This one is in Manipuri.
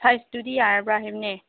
ꯁꯥꯏꯖꯇꯨꯗꯤ ꯌꯥꯔꯕ꯭ꯔꯥ ꯍꯥꯏꯕꯅꯦ